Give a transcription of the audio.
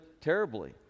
terribly